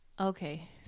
Okay